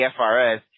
FRS